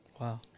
Wow